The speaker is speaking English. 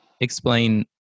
explain